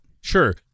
Sure